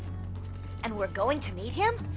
and we're going to meet him?